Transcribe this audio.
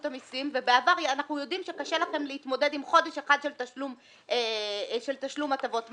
המסים ואנחנו יודעים שקשה לכם להתמודד עם חודש אחד של תשלום הטבות מס,